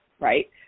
right